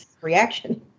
reaction